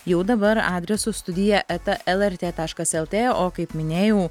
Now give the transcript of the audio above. jau dabar adresu studija eta lrt taškas lt o kaip minėjau